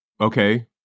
okay